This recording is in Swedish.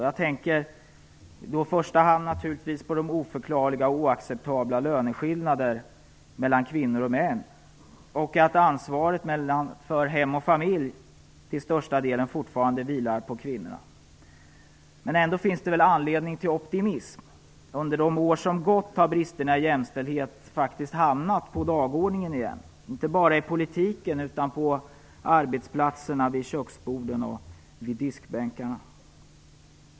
Jag tänker i första hand på de oförklarliga och oacceptabla löneskillnaderna mellan kvinnor och män och att ansvaret för hem och familj till största delen fortfarande vilar på kvinnorna. Men det finns ändå anledning till optimism. Under de år som gått har bristerna i jämställhet faktiskt hamnat på dagordningen igen, inte bara i politiken utan på arbetsplatserna, vid köksborden och vid diskbänkarna.